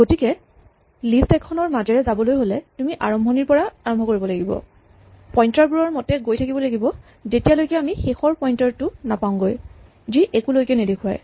গতিকে লিষ্ট এখনৰ মাজেৰে যাবলৈ হ'লে তুমি আৰম্ভণিৰ পৰা আৰম্ভ কৰিব লাগিব পইন্টাৰ বোৰৰ মতে গৈ থাকিব লাগিব যেতিয়ালৈকে আমি শেষৰ পইন্টাৰ টো নাপাওঁগৈ যি একোলৈ নেদেখুৱায়